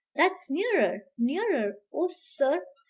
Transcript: that's nearer, nearer! oh, sir!